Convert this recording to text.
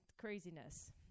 craziness